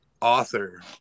author